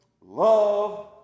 love